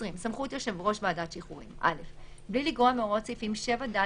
סמכות יושב ראש ועדת שחרורים 20. (א)בלי לגרוע מהוראות סעיפים 7(ד),